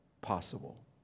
possible